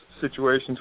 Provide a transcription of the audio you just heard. situations